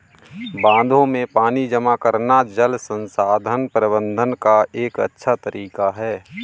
बांधों में पानी जमा करना जल संसाधन प्रबंधन का एक अच्छा तरीका है